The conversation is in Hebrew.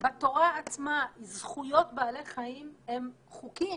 בתורה עצמה זכויות בעלי חיים הם חוקים